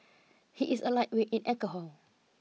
he is a lightweight in alcohol